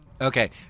Okay